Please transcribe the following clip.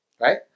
Right